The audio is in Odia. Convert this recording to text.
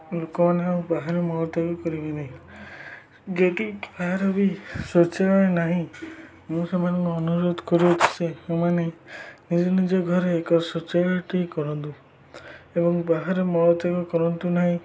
ଲୋକମାନେ ଆଉ ବାହାରେ ମଳତ୍ୟାଗ କରିବେ ନାହିଁ ଯଦି ବାହାରେ ବି ଶୌଚାଳୟ ନାହିଁ ମୁଁ ସେମାନଙ୍କୁ ଅନୁରୋଧ କରୁଅଛି ଯେ ସେମାନେ ନିଜ ନିଜ ଘରେ ଏକ ଶୌଚଳୟଟିଏ କରନ୍ତୁ ଏବଂ ବାହାରେ ମଳତ୍ୟାଗ କରନ୍ତୁ ନାହିଁ